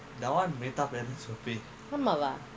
how come நிஜமாவா:nejamava